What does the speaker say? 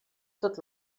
tot